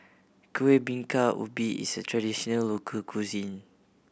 Kuih Bingka Ubi is a traditional local cuisine